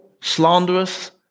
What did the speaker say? slanderous